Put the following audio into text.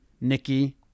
Nikki